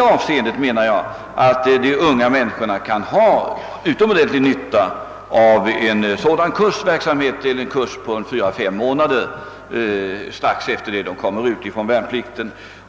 Jag menar alltså att unga människor kan ha en utomordentlig nytta av en kurs på fyra—fem månader strax efter det att pojkarna har fullgjort sin värnplikt.